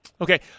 Okay